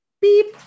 beep